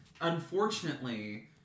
unfortunately